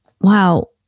wow